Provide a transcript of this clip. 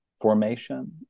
formation